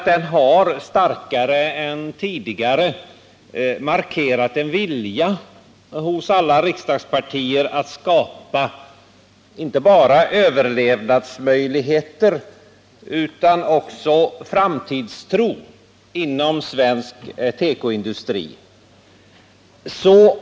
Den har starkare än tidigare markerat en vilja hos alla riksdagspartier att skapa inte bara överlevnadsmöjligheter utan också framtidstro inom svensk tekoindustri.